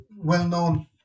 well-known